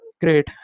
great